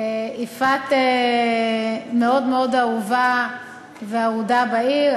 יפעת מאוד מאוד אהובה ואהודה בעיר,